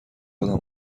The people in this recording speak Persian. خودم